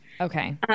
Okay